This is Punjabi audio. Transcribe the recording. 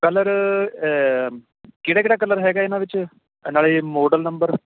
ਕਲਰ ਕਿਹੜਾ ਕਿਹੜਾ ਕਲਰ ਹੈਗਾ ਇਹਨਾਂ ਵਿੱਚ ਨਾਲੇ ਮੋਡਲ ਨੰਬਰ